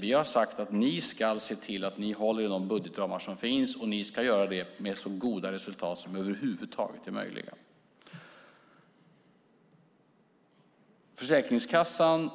Vi har sagt: Ni ska se till att hålla er inom de budgetramar som finns, och ni ska göra det med så goda resultat som över huvud taget är möjliga. Försäkringskassan